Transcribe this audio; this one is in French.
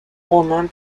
romain